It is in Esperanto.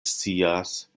scias